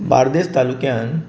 बार्देस तालुक्यांत